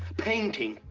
painting,